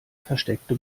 versteckte